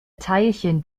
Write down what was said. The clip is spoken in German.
teilchen